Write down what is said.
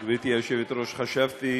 גברתי היושבת-ראש, חשבתי